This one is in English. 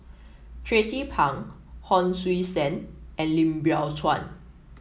Tracie Pang Hon Sui Sen and Lim Biow Chuan